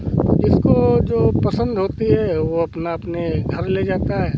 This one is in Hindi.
तो जिसको जो पसंद होती है वह अपना अपने घर ले जाता है